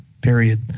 period